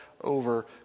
over